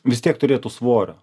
vis tiek turėtų svorio